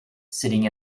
sitting